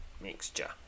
mixture